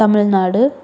Tamil Nadu